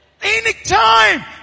Anytime